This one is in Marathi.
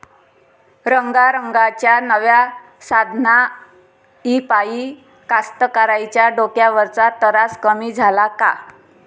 रंगारंगाच्या नव्या साधनाइपाई कास्तकाराइच्या डोक्यावरचा तरास कमी झाला का?